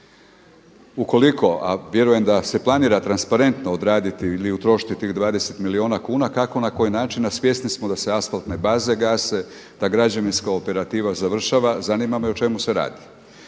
ukoliko, a vjerujem da se planira transparentno odraditi ili utrošiti tih 20 milijuna kuna kako na koji način, a svjesni smo da se asfaltne baze gase, da građevinska operativa završava zanima me o čemu se radi?